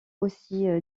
aussi